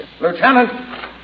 Lieutenant